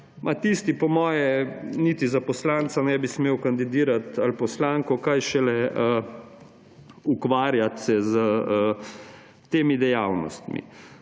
tisti po mojem niti za poslanca ne bi smel kandidirati ali poslanko, kaj šele ukvarjati se s temi dejavnostmi!